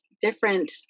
different